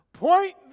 Point